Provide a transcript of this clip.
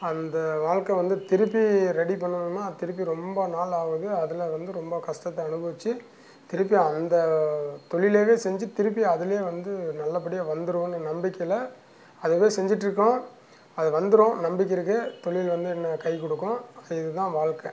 அந்த வாழ்க்கை வந்து திருப்பி ரெடி பண்ணுன்னால் திருப்பி ரொம்ப நாள் ஆகுது அதில் வந்து ரொம்ப கஷ்டத்தை அனுபவித்து திருப்பி அந்த தொழிலையே செஞ்சு திருப்பி அதிலியே வந்து நல்லபடி வந்துடுவோனு நம்பிக்கையில் அதைதான் செஞ்சிட்டிருக்கோம் அது வந்துடும் நம்பிக்கை இருக்குது தொழில் வந்து எங்களுக்கு கை கொடுக்கும் இதுதான் வாழ்க்கை